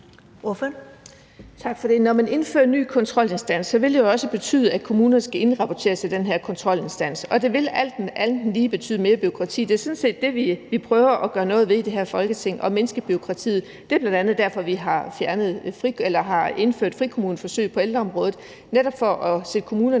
Når man indfører en ny kontrolinstans, vil det jo også betyde, at kommunerne skal indrapportere til den her kontrolinstans, og det vil alt andet lige betyde mere bureaukrati. Det er sådan set det, vi prøver at gøre noget ved i det her Folketing: at mindske bureaukratiet. Det er bl.a. derfor, vi har indført frikommuneforsøg på ældreområdet, netop for at sætte kommunerne